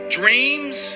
dreams